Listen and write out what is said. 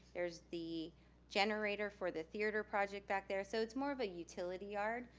there's the generator for the theater project back there. so it's more of a utility yard.